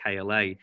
KLA